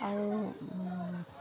আৰু